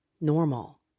normal